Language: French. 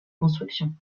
construction